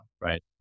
right